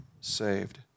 saved